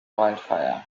wildfire